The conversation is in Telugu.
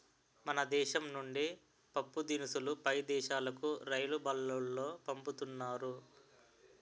మన దేశం నుండి పప్పుదినుసులు పై దేశాలుకు రైలుబల్లులో పంపుతున్నారు